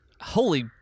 Holy